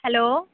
hello